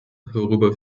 worüber